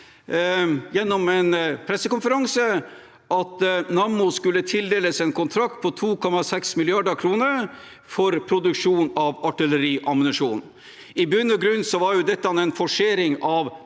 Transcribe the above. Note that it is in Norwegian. gjennom en pressekonferanse at Nammo skulle tildeles en kontrakt på 2,6 mrd. kr for produksjon av artilleriammunisjon. I bunn og grunn var dette en forsering av